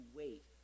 wait